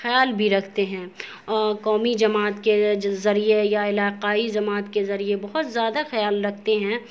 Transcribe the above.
خیال بھی رکھتے ہیں قومی جماعت کے ذریعے یا علاقائی جماعت کے ذریعے بہت زیادہ خیال رکھتے ہیں